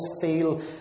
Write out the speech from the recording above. feel